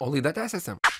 o laida tęsiasi